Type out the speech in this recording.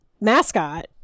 mascot